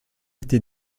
été